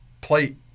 plate